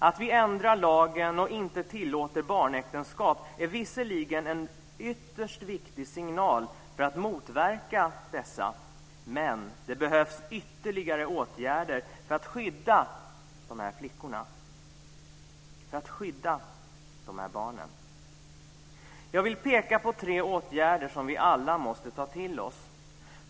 Att vi ändrar lagen och inte tillåter barnäktenskap är visserligen en ytterst viktig signal för att motverka dessa, men det behövs ytterligare åtgärder för att skydda de här flickorna - för att skydda de här barnen. Jag vill peka på tre åtgärder som vi alla måste ta till oss.